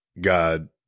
God